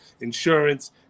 insurance